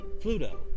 Pluto